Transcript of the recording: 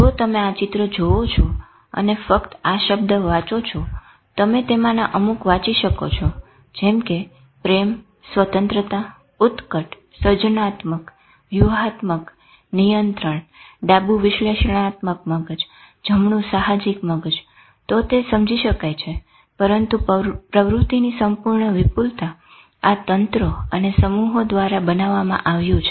જો તમે આ ચિત્ર જુઓ છો અને ફક્ત આ શબ્દ વાંચો જો તમે તેમના અમુક વાંચી શકો જેમ કે પ્રેમ સ્વતંત્રતા ઉત્કટ સર્જનાત્મક વ્યુહાત્મક નિયંત્રણ ડાબું વિશ્લેષણાત્મક મગજ જમણું સાહજિક મગજ તો તે સમજી શકાય છે પરંતુ પ્રવૃતિની સંપૂર્ણ વિપુલતા આ તંત્રો અને સમૂહો દ્વારા બનાવવામાં આવ્યું છે